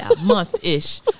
month-ish